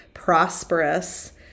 prosperous